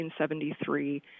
1973